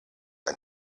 ein